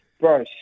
bro